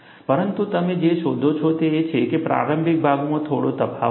પરંતુ તમે જે શોધો છો તે એ છે કે પ્રારંભિક ભાગમાં થોડો તફાવત છે